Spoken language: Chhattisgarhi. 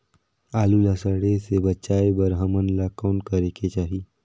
आलू ला सड़े से बचाये बर हमन ला कौन करेके चाही?